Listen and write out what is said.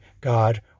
God